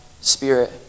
spirit